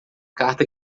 carta